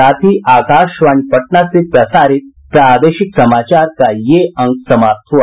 इसके साथ ही आकाशवाणी पटना से प्रसारित प्रादेशिक समाचार का ये अंक समाप्त हुआ